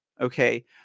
Okay